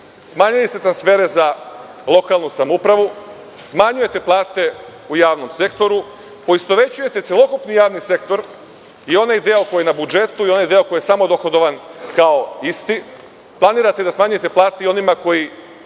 smanjili ste transfere za lokalnu samoupravu, smanjujete plate u javnom sektoru, poistovećujete celokupni javni sektor i onaj deo koji je na budžetu i onaj deo koji je samodohodovan kao isti. Planirate da smanjite plate i onima koji